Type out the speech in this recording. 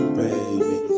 baby